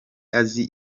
azi